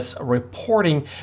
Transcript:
reporting